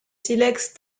silex